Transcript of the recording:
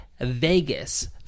Vegas